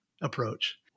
approach